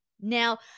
Now